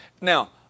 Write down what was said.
Now